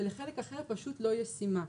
ולחלק אחר היא פשוט לא ישימה.